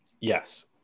Yes